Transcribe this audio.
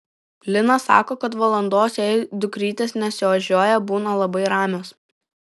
lina sako kad valandos jei dukrytės nesiožiuoja būna labai ramios